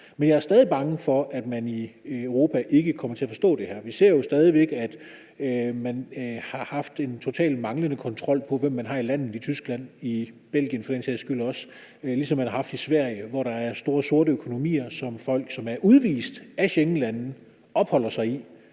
Men jeg er stadig bange for, at man i Europa ikke kommer til at forstå det her. Vi ser jo stadig væk, at man har haft en totalt manglende kontrol med, hvem man har i landet i Tyskland og i Belgien for den sags skyld også, ligesom man har haft i Sverige, hvor der er store sorte økonomier, lande, som folk, der er udvist af Schengenlande, opholder sig i